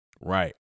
Right